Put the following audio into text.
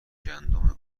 گندم